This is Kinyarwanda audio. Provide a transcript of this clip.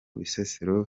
bisesero